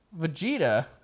Vegeta